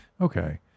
okay